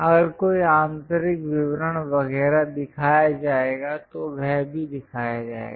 अगर कोई आंतरिक विवरण वगैरह दिखाया जाएगा तो वह भी दिखाया जाएगा